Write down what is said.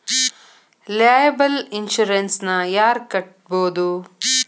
Liable insurance ನ ಯಾರ್ ಕಟ್ಬೊದು?